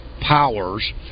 powers